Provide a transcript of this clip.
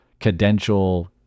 cadential